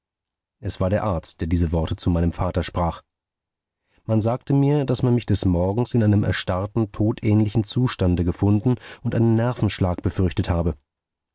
es war der arzt der diese worte zu meinem vater sprach man sagte mir daß man mich des morgens in einem erstarrten todähnlichen zustande gefunden und einen nervenschlag befürchtet habe